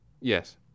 Yes